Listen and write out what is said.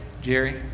Jerry